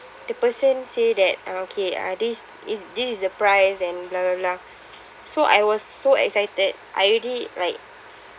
the person say that uh okay uh this is this is the price and blah blah blah so I was so excited I already like